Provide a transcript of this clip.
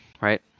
right